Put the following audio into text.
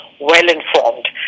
well-informed